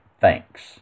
thanks